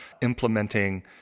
implementing